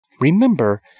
Remember